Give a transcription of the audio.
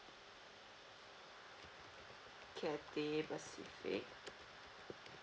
Cathay Pacific